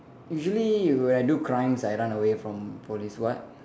usually when I do crimes I run away from police what